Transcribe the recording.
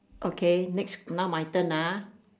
okay next now my turn ah